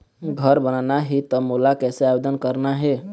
घर बनाना ही त मोला कैसे आवेदन करना हे?